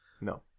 No